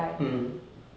mm